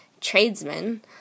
tradesmen